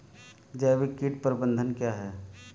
जैविक कीट प्रबंधन क्या है?